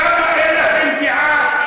כמה אין לכם דעה,